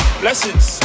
blessings